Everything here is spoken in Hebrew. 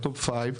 מה-top 5,